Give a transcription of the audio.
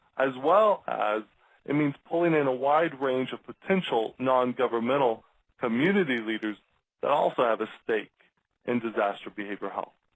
as well as it means pulling in a wide range of potential nongovernmental community leaders that also have a stake in disaster behavioral health.